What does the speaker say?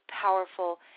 powerful